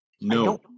No